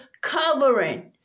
covering